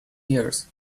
years